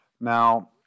Now